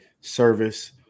service